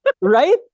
Right